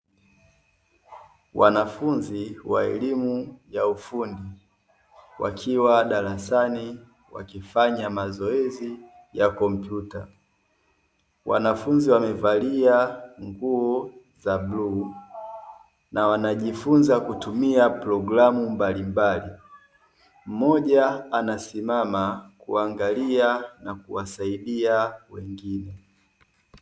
Wanafunzi wa elimu ya ufundi wakiwa darasani wakifnya mazoezi ya kompyuta. Wanafunzi wamevalia nguo za bluu na wanajifunza kutumia programu mbalimbali. Mmoja anasimama kuangalia na kuwasaidia wengine.